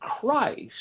Christ